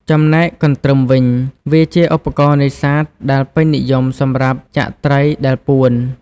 ចំណែកកន្ទ្រឹមវិញ វាជាឧបករណ៍នេសាទដែលពេញនិយមសម្រាប់ចាក់ត្រីដែលពួន។